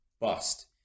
bust